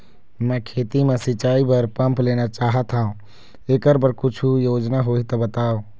मैं खेती म सिचाई बर पंप लेना चाहत हाव, एकर बर कुछू योजना होही त बताव?